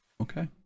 Okay